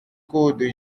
code